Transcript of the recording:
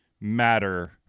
matter